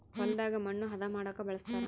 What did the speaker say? ಹೊಲದಾಗ ಮಣ್ಣು ಹದ ಮಾಡೊಕ ಬಳಸ್ತಾರ